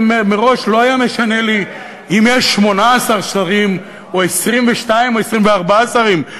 מראש לא היה משנה לי אם יש 18 שרים או 22 או 24 שרים.